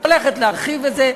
את הולכת להרחיב את זה.